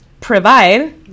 provide